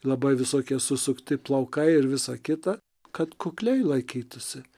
labai visokie susukti plaukai ir visa kita kad kukliai laikytųsi